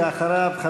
ואחריו,